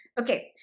Okay